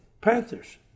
Panthers